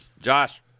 josh